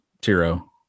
Tiro